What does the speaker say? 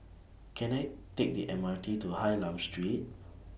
Can I Take The M R T to Hylam Street